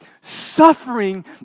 Suffering